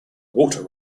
walter